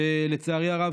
שלצערי הרב,